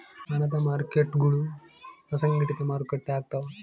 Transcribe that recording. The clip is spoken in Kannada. ಹಣದ ಮಾರ್ಕೇಟ್ಗುಳು ಅಸಂಘಟಿತ ಮಾರುಕಟ್ಟೆ ಆಗ್ತವ